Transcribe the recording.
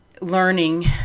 learning